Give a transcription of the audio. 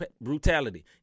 brutality